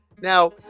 Now